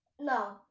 No